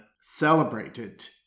celebrated